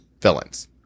villains